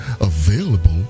available